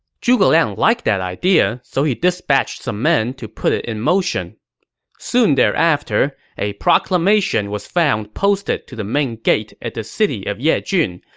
zhuge liang liked that idea, so he dispatched some men to put it in motion soon thereafter, a proclamation was found posted to the main gate at the city of yejun.